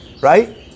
right